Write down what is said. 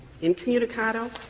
incommunicado